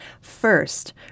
First